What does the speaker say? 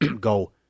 Go